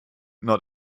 not